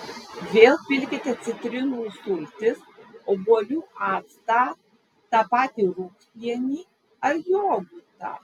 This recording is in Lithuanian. vėl pilkite citrinų sultis obuolių actą tą patį rūgpienį ar jogurtą